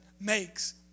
makes